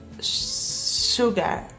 Sugar